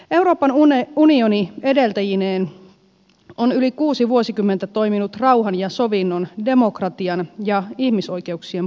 euroopan unioni edeltäjineen on yli kuusi vuosikymmentä toiminut rauhan ja sovinnon demokratian ja ihmisoikeuksien puolesta